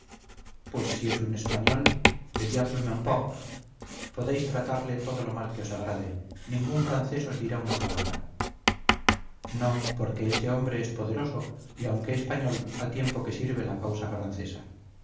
pues si es un español le diable m'emporte podéis tratarle todo lo mal que os agrade ningún francés os dirá una palabra no porque ese hombre es poderoso y aunque español ha tiempo que sirve la causa francesa